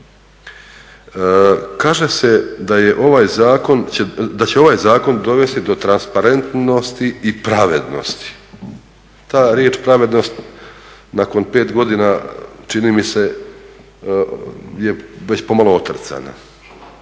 Kaže se da će ovaj zakon dovesti do transparentnosti i pravednosti. Ta riječ pravednost nakon 5 godina čini mi se je već pomalo otrcana.